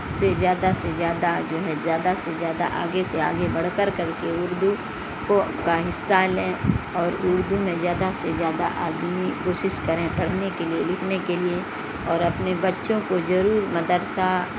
سے زیادہ سے زیادہ جو ہے زیادہ سے زیادہ آگے سے آگے بڑھ کر کر کے اردو کو کا حصہ لیں اور اردو میں زیادہ سے زیادہ آدمی کوشش کریں پڑھنے کے لیے لکھنے کے لیے اور اپنے بچوں کو ضرور مدرسہ